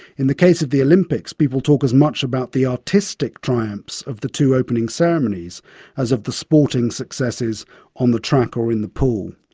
in the case of the olympics, people talk as much about the artistic triumphs of the two opening ceremonies as of the sporting successes on the track or in the pool.